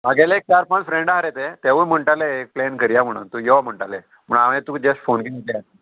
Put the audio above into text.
म्हागेले एक चार पांच फ्रेंड हा रे ते तेवूय म्हणटाले एक प्लेन करया म्हणून तूं यो म्हणटाले म्हण हांवेन तुका जस्ट फोन केला